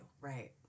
right